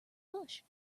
bush